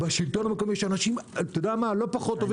בשלטון המקומי יש אנשים לא פחות טובים,